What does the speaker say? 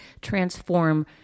transform